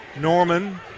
Norman